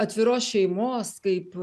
atviros šeimos kaip